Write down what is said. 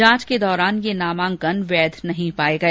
जांच के दौरान ये नामांकन वैध नहीं पाए गए